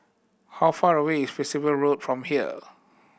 how far away is Percival Road from here